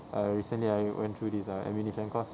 err recently I went through this uh ammunition course